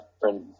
friend